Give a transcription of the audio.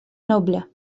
noble